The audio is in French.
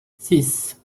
six